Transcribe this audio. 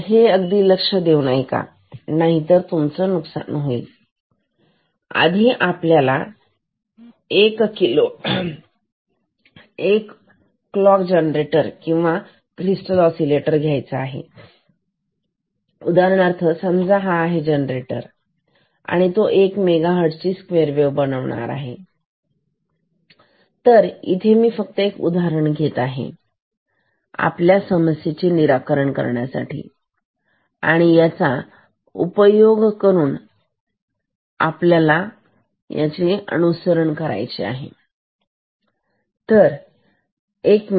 तर हे अगदी लक्ष देऊन ऐका नाहीतर तुमचं नुकसानच होईल आधी आपल्याला एक क्लॉक जनरेटर किंवा क्रिस्टल ओसीलेटर असले तर घ्यायचा उदाहरणार्थ समजा हा जनरेटर आहे तो एक 1 मेगाहर्ट्झ ची स्क्वेअर बनवेल तर इथे मी फक्त एक उदाहरण घेत आहे तर आपल्याला समस्येचे निराकरण करण्यासाठी याचा उपयोग होणार आहे तुम्ही काळजी पूर्वक याचे अनुकरण करा